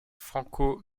franco